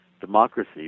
democracy